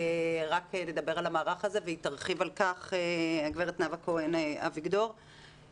אחר כך הגברת נאוה כהן אביגדור תרחיב על כך.